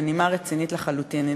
בנימה רצינית לחלוטין.